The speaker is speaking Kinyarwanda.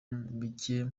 bike